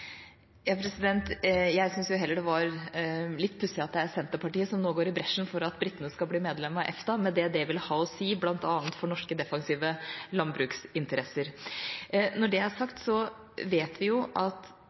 Jeg synes heller det var litt pussig at det er Senterpartiet som nå går i bresjen for at britene skal bli medlem av EFTA, med det som det vil ha å si bl.a. for norske, defensive landbruksinteresser. Når det er sagt, vet vi jo at